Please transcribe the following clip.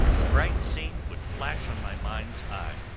the bright scene would flash on my mind's eye,